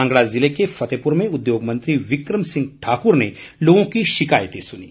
कांगड़ा जिले के फतेहपुर में उद्योग मंत्री बिक्रम सिंह ठाक्र ने लोगों की शिकायतें सुनीं